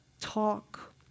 talk